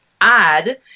add